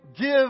give